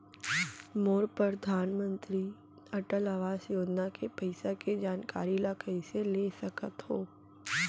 मोर परधानमंतरी अटल आवास योजना के पइसा के जानकारी ल कइसे ले सकत हो?